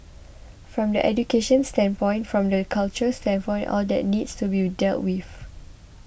from the education standpoint from the culture standpoint all that needs to be will dealt with